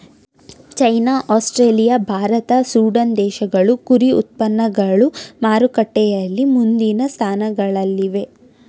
China Australia Bharat Sudan ದೇಶಗಳು ಕುರಿ ಉತ್ಪನ್ನಗಳು ಮಾರುಕಟ್ಟೆಯಲ್ಲಿ ಮುಂದಿನ ಸ್ಥಾನಗಳಲ್ಲಿವೆ